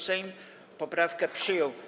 Sejm poprawkę przyjął.